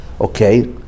okay